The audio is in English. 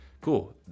cool